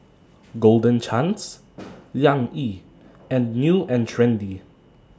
Golden Chance Liang Yi and New and Trendy